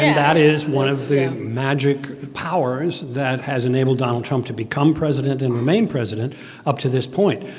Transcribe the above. that is one of the magic powers that has enabled donald trump to become president and remain president up to this point,